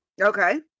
Okay